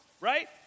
right